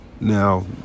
Now